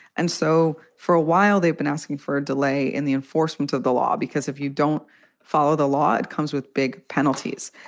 and so for a while, they've been asking for a delay in the enforcement of the law, because if you don't follow the law, it comes with big penalties.